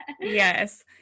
Yes